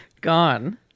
Gone